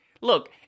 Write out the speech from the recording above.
look